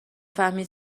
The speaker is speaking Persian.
فهمید